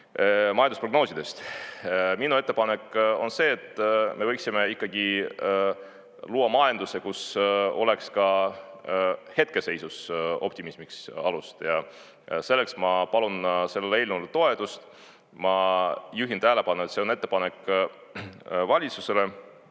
majandusprognoosidest. Minu ettepanek on see, et me võiksime ikkagi luua majanduse, kus oleks ka hetkeseisus optimismiks alust. Selleks ma palun sellele eelnõule toetust. Ma juhin tähelepanu, et see on ettepanek valitsusele,